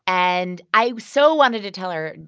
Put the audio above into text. and i so wanted to tell her,